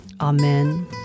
Amen